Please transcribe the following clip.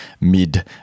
mid